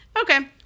Okay